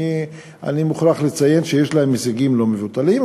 אני מוכרח לציין שיש להם הישגים לא מבוטלים,